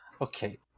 Okay